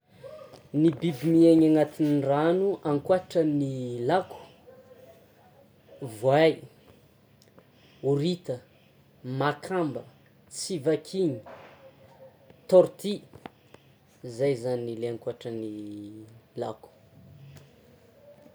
Ny biby miaigny anatin'ny rano ankoatran'ny laoko, voay, horita, makamba, tsivakiny, tortue, zay zany ilay ankoatran'ny laoko